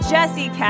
Jesse